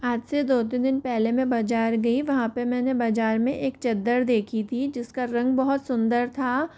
आज से दो तीन दिन पहले मैं बाज़ार गई वहाँ पर मैंने बाज़ार में एक चादर देखी थी जिस का रंग बहुत सुंदर था